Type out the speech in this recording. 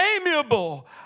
amiable